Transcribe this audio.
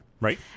Right